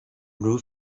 roof